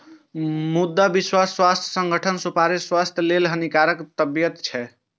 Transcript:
मुदा विश्व स्वास्थ्य संगठन सुपारी कें स्वास्थ्य लेल हानिकारक बतबै छै